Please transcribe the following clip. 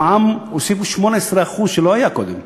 הוסיפו 18% מע"מ, שלא היה קודם.